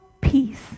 peace